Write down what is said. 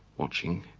watching,